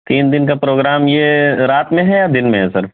تین دِن کا پروگرام یہ رات میں ہے یا دِن میں ہے سر